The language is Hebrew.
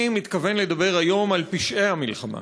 אני מתכוון לדבר היום על פשעי המלחמה.